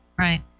right